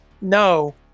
No